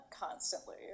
constantly